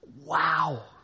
wow